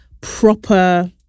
proper